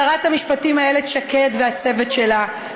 שרת המשפטים איילת שקד והצוות שלה,